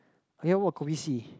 you never heard of kopi c